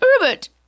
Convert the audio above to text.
Robert